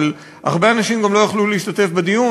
אבל הרבה אנשים גם לא היו יכולים להשתתף בדיון,